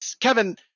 Kevin